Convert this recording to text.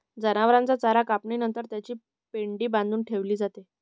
जनावरांचा चारा कापणी नंतर त्याची पेंढी बांधून ठेवली जाते